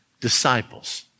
disciples